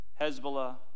Hezbollah